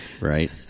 Right